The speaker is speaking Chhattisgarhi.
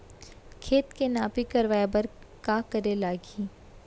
खेत के नापी करवाये बर का करे लागही?